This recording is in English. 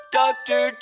doctor